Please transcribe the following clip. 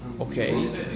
Okay